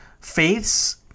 faiths